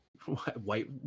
white